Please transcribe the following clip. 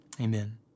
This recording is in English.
Amen